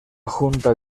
junta